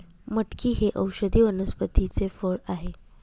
मटकी हे औषधी वनस्पतीचे फळ आहे